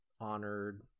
honored